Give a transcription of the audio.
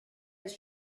his